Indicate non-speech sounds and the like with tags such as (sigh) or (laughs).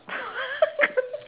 (laughs)